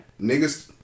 niggas